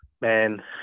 man